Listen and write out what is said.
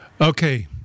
Okay